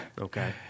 Okay